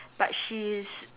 but she's